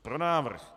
Pro návrh.